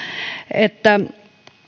että